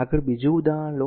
આગળ બીજું ઉદાહરણ લો